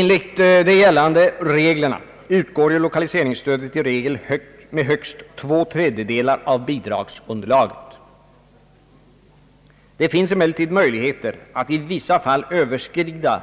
Enligt de gällande reglerna utgår ju lokaliseringsstödet i regel med högst två tredjedelar av bidragsunderlaget. Det finns emellertid möjlighet att i vissa fall överskrida